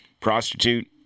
prostitute